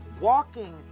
walking